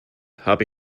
habe